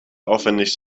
aufwendig